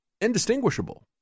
indistinguishable